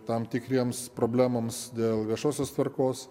tam tikriems problemoms dėl viešosios tvarkos